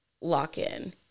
lock-in